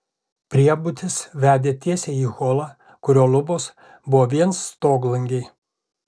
priebutis vedė tiesiai į holą kurio lubos buvo vien stoglangiai